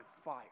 fire